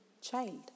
child